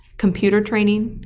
computer training,